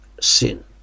sin